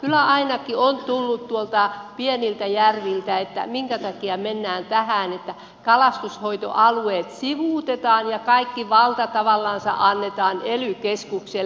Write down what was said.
kyllä ainakin on tullut tuolta pieniltä järviltä että minkä takia mennään tähän että kalastushoitoalueet sivuutetaan ja kaikki valta tavallansa annetaan ely keskukselle